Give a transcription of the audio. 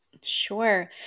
Sure